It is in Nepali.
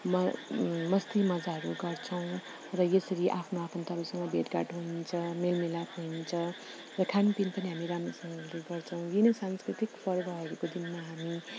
म मस्ती मजाहरू गर्छौँ र यसरी आफ्नो आफन्तहरूसँग भेटघाट हुन्छ मेल मिलाप हुन्छ र खानपिन पनि हामी राम्रोसँगले गर्छौँ यी नै सांस्कृतिक पर्वहरूको दिनमा हामी